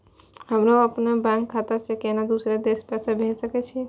हमरो अपने बैंक खाता से केना दुसरा देश पैसा भेज सके छी?